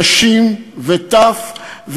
נשים וטף,